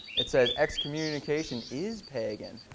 it says excommunication is pagan.